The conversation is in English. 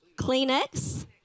Kleenex